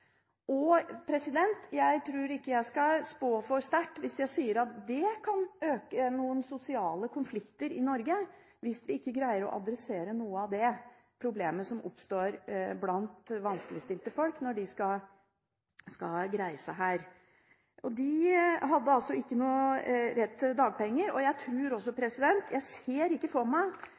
Jeg tror ikke jeg spår for sterkt hvis jeg sier at det kan øke noen sosiale konflikter i Norge hvis vi ikke greier å adressere noe av det problemet som oppstår blant vanskeligstilte folk når de skal greie seg her. De har altså ikke noe rett til dagpenger. Jeg ser ikke for meg